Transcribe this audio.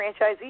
franchisees